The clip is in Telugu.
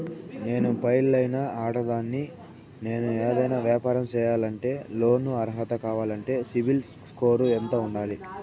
నేను పెళ్ళైన ఆడదాన్ని, నేను ఏదైనా వ్యాపారం సేయాలంటే లోను అర్హత కావాలంటే సిబిల్ స్కోరు ఎంత ఉండాలి?